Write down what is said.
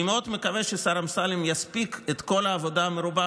אני מאוד מקווה שהשר אמסלם יספיק את כל העבודה המרובה